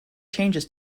changes